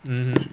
mmhmm